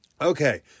okay